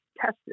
tested